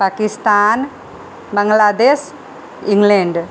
Pakistan Bangladesh England